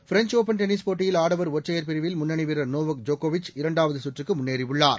French Open tennis போட்டியில் ஆடவர் ஒற்றையர் பிரிவில் முன்னணி வீரர் நோவோக் ஜோக்கோவிச் இரண்டாவது சுற்றுக்கு முன்னேறியுள்ளார்